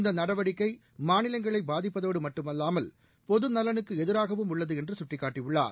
இந்த நடவடிக்கை மாநிலங்களை பாதிப்பதோடு மட்டுமல்லாமல் பொது நலனுக்கு எதிராகவும் உள்ளது என்று சுட்டிக்காட்டியுள்ளார்